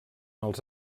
els